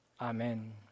Amen